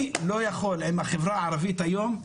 אני לא יכול עם החברה הערבית היום,